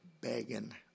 begging